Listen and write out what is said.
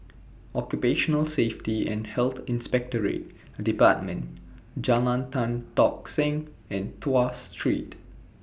Occupational Safety and Health Inspectorate department Jalan Tan Tock Seng and Tuas Street